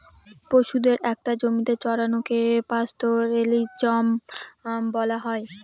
পশুদের একটা জমিতে চড়ানোকে পাস্তোরেলিজম বলা হয়